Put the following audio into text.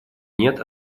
нет